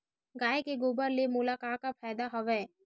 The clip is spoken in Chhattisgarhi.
गाय के गोबर ले मोला का का फ़ायदा हवय?